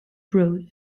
broad